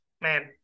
Man